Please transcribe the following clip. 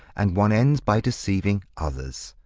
and one ends by deceiving others.